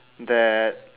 that